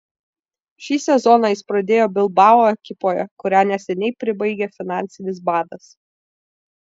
šį sezoną jis pradėjo bilbao ekipoje kurią neseniai pribaigė finansinis badas